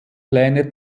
pläne